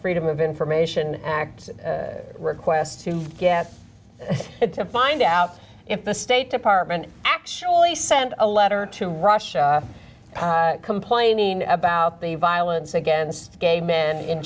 freedom of information act request to get it to find out if the state department actually sent a letter to russia complaining about the violence against gay men in